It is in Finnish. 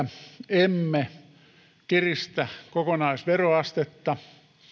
emme kiristä kokonaisveroastetta